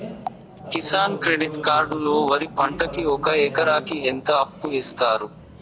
Kisan credit card లో వరి పంటకి ఒక ఎకరాకి ఎంత అప్పు ఇస్తారు?